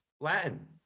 Latin